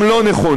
הם לא נכונים.